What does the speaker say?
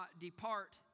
depart